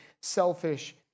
selfish